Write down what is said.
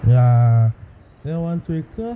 ya then ஒன்றைக்கு:ondraikku